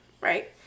Right